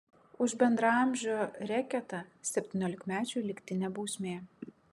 už bendraamžio reketą septyniolikmečiui lygtinė bausmė